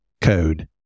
code